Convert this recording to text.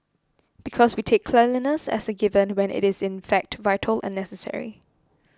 because we take cleanliness as a given when it is in fact vital and necessary